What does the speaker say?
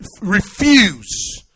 refuse